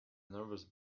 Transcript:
nervous